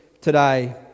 today